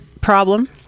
problem